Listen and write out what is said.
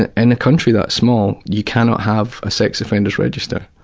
in and a country that small, you cannot have a sex offender's register,